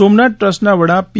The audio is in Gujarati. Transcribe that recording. સોમનાથ ટ્રસ્ટના વડા પી